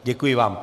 Děkuji vám.